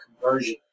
conversion